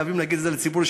חייבים להגיד את זה לציבור,